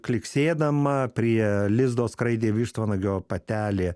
kliksėdama prie lizdo skraidė vištvanagio patelė